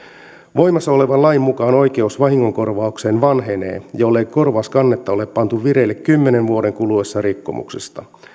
voimassa olevan lain mukaan oikeus vahingonkorvaukseen vanhenee jollei korvauskannetta ole pantu vireille kymmenen vuoden kuluessa rikkomuksesta